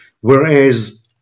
Whereas